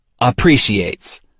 appreciates